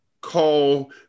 call